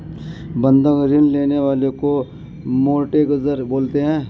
बंधक ऋण लेने वाले को मोर्टगेजेर बोलते हैं